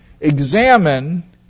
Examine